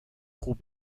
خوب